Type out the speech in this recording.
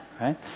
right